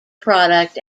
product